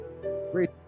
great